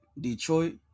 Detroit